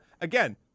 again